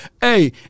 Hey